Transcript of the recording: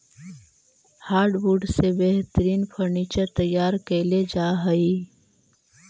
hardwood से बेहतरीन furniture तैयार कैल जा हइ